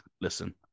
listen